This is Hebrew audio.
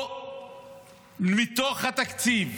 מתוך התקציב